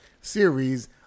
series